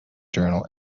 journal